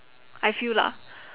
I feel lah